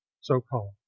so-called